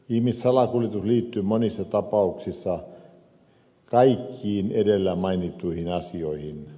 ihmissalakuljetus liittyy monissa tapauksissa kaikkiin edellä mainittuihin asioihin